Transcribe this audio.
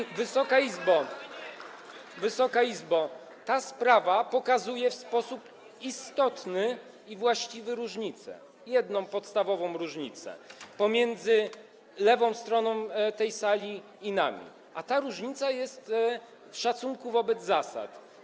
I, Wysoka Izbo, ta sprawa pokazuje w sposób istotny i właściwy różnicę, jedną podstawową różnicę, pomiędzy lewą stroną tej sali i nami, a ta różnica tkwi w szacunku wobec zasad.